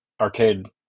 arcade